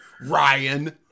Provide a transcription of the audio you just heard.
Ryan